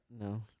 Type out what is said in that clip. No